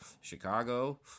Chicago